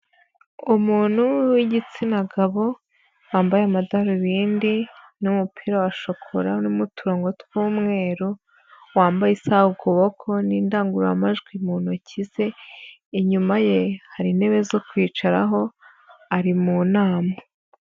Umuntu w'igitsina gabo wambaye amadarubindi n'umupira wa shokora urimo uturango tw'umweru wambaye isaha ku kuboko n'indangururamajwi mu ntoki ze, inyuma ye hari intebe zo kwicaraho ari mu nama.